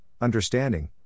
understanding